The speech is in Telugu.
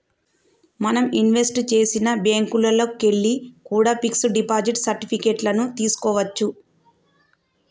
మనం ఇన్వెస్ట్ చేసిన బ్యేంకుల్లోకెల్లి కూడా పిక్స్ డిపాజిట్ సర్టిఫికెట్ లను తీస్కోవచ్చు